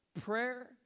Prayer